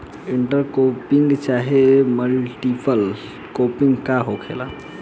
Inter cropping चाहे multiple cropping का होखेला?